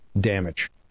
damage